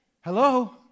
Hello